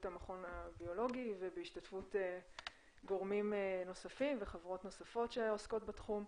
המכון הביולוגי ובהשתתפות גורמים נוספים וחברות נוספות שעוסקות בתחום.